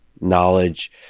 knowledge